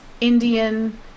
Indian